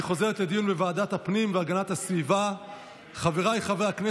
לוועדת הפנים והגנת הסביבה נתקבלה.